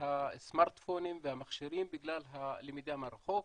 הסמרטפונים והמכשירים בגלל הלמידה מרחוק.